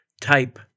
type